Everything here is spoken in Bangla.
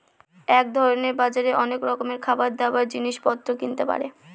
এক ধরনের বাজারে অনেক রকমের খাবার, দাবার, জিনিস পত্র কিনতে পারে